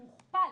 הוא הוכפל.